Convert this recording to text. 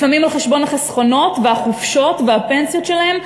לפעמים על חשבון החסכונות והחופשות והפנסיות שלהם,